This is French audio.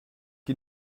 qui